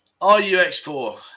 Rux4